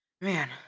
Man